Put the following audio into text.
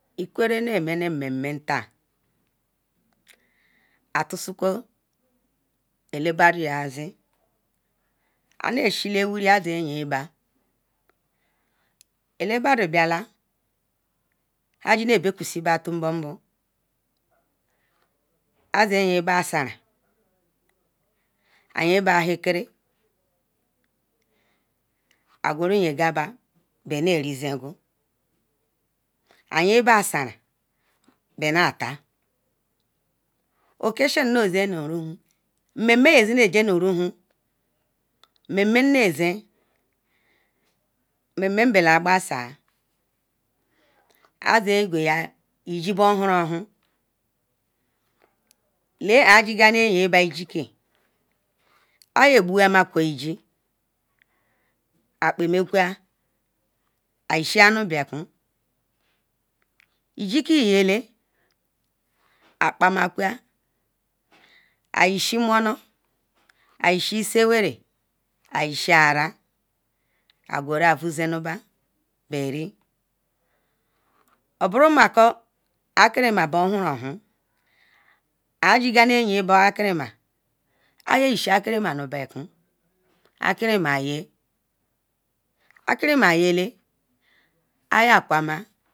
ikwerre na me ne mmeme atusi kwo ata bado yada ziri ala bado biala abio kusiba ayin ba ahokeri esanrahi banatal occasuon nazen nu rowon mmemen nazenuruhon mmemen bela akbasa aze kweya iji bohon orohon la ajigal na yin iji ke iya gbunwaku iji akpamo kwo i ishi nu bekun iji ke yala akpamukwal yishi monol iyishi isiw era ishi aral agural vozenuba beri oboro mako akinima bu honohn ajigal nu iyin baakimima iyigal akinima nu bakun akinima ye akinima yela ayekpama